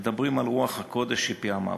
מדברים על רוח הקודש שפיעמה בו.